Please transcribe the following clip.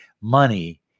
Money